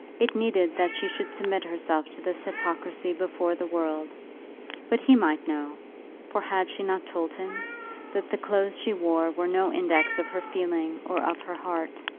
it needed that she should submit herself to this hypocrisy before the world but he might know for had she not told him that the clothes she wore were no index of her feeling or of her heart.